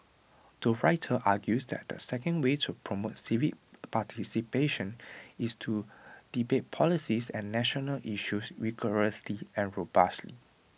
the writer argues that the second way to promote civic participation is to debate policies and national issues rigorously and robustly